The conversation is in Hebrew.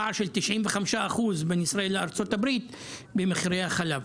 פער של 95% בין ישראל לארה"ב במחירי החלב.